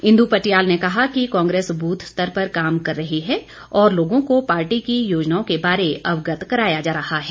इंदु पटियाल ने कहा कि कांग्रेस बूथ स्तर पर काम कर रही है और और लोगों को पार्टी की योजनाओं के बारे अवगत कराया जा रहा है